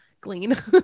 glean